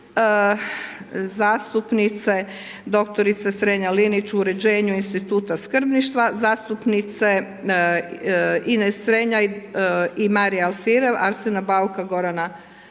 Zastupnice doktorice Strenja Linić uređenju instituta skrbništva. Zastupnice Ines Strenja i Marija Alfirev, Arsena Bauka, Gorana Beusa